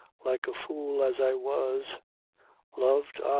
like a fool as i was loved,